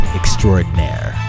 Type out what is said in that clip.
extraordinaire